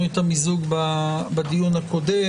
המיזוג בדיון הקודם.